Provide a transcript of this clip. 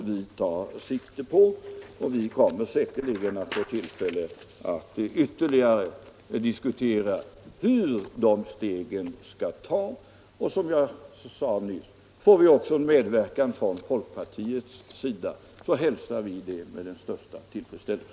Det blir säkerligen tillfälle att ytterligare diskutera hur dessa steg skall tas. Får vi också, som jag sade nyss, en medverkan från folkpartiets sida, så hälsar vi det med den största tillfredsställelse.